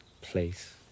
place